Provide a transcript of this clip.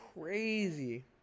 crazy